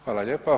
Hvala lijepo.